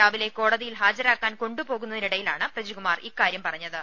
രാവിലെ കോടതിയിൽ ഹാജരാക്കാൻ കൊണ്ടു പോകുന്നതിനിടയിലാണ് പ്രജികുമാർ ഇക്കാരൃം പറഞ്ഞത്